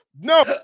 no